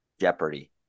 Jeopardy